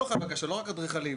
לא נקבע היום בחקיקה החדשה,